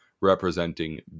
representing